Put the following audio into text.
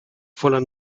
voller